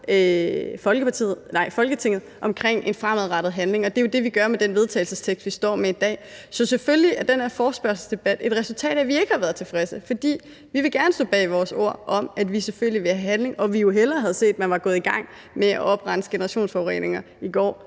Folketinget omkring en fremadrettet handling. Det er jo det, vi gør, med det forslag til vedtagelse, vi står med i dag. Så selvfølgelig er den her forespørgselsdebat et resultat af, at vi ikke har været tilfredse, for vi vil gerne stå bag vores ord om, at vi selvfølgelig vil have handling, og at vi jo hellere havde set, at man var gået i gang med at oprense generationsforureninger i går